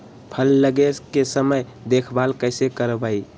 फल लगे के समय देखभाल कैसे करवाई?